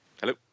Hello